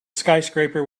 skyscraper